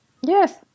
Yes